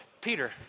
Peter